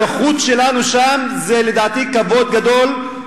הנוכחות שלנו שם זה לדעתי כבוד גדול,